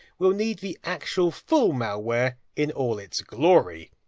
we'll need the actual full malware, in all it's glory.